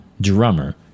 drummer